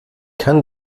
kann